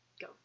go